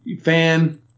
fan